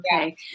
Okay